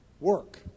work